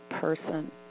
person